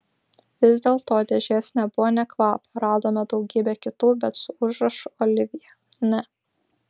vis dėlto dėžės nebuvo nė kvapo radome daugybę kitų bet su užrašu olivija ne